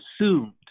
assumed